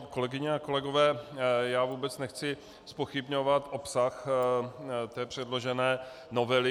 Kolegyně a kolegové, já vůbec nechci zpochybňovat obsah předložené novely.